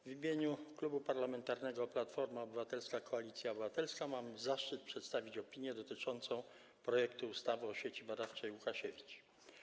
W imieniu Klubu Parlamentarnego Platforma Obywatelska - Koalicja Obywatelska mam zaszczyt przedstawić opinię dotyczącą projektu ustawy o Sieci Badawczej Łukasiewicz.